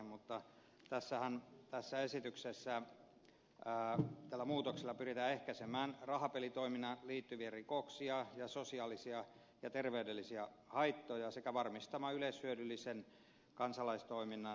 mutta tässä esityksessähän tällä muutoksella pyritään ehkäisemään rahapelitoimintaan liittyviä rikoksia ja sosiaalisia ja terveydellisiä haittoja sekä varmistamaan yleishyödyllisen kansalaistoiminnan toimintaedellytykset